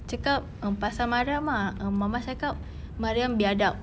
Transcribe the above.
cakap um pasal mariam ah um mama cakap mariam biadap